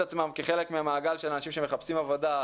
עצמם כחלק ממעגל האנשים שמחפשים עבודה,